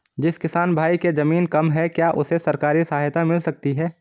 जिस किसान भाई के ज़मीन कम है क्या उसे सरकारी सहायता मिल सकती है?